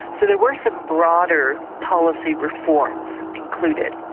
so there were some broader policy reforms included.